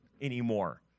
anymore